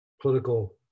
political